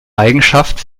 eigenschaft